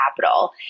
capital